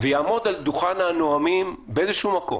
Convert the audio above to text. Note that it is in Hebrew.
ויעמוד על דוכן הנואמים באיזשהו מקום